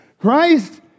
Christ